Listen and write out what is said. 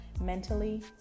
mentally